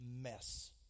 mess